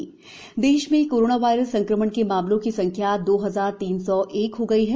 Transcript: corona राष्ट्रीय देश में कोरोना वायरस संक्रमण के मामलों की संख्या दो हजार तीन सौ एक हो गई है